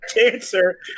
answer